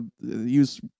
use